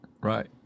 Right